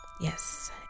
Yes